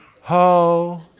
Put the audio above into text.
ho